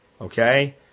Okay